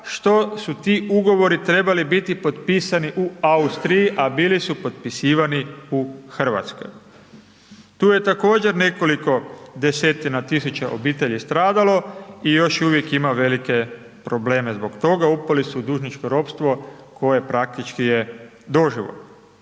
što su ti ugovori trebali biti potpisani u Austriji, a bili su potpisivani u Hrvatskoj. Tu je također nekoliko desetina tisuća obitelji stradalo i još uvijek ima velike probleme zbog toga, upali su u dužničko ropstvo, koje praktički je doživotno.